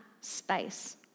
space